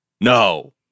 No